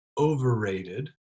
overrated